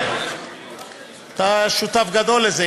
אתה שותף גדול לזה,